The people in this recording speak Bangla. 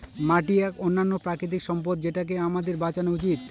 মাটি এক অনন্য প্রাকৃতিক সম্পদ যেটাকে আমাদের বাঁচানো উচিত